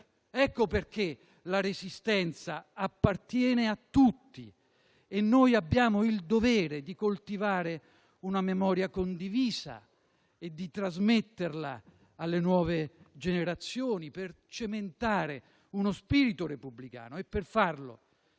Ecco perché la Resistenza appartiene a tutti e noi abbiamo il dovere di coltivare una memoria condivisa e di trasmetterla alle nuove generazioni, per cementare lo spirito repubblicano e per farlo